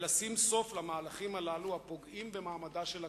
ולשים סוף למהלכים הללו, הפוגעים במעמדה של הכנסת,